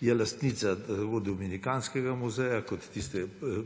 je lastnica dominikanskega muzeja kot tiste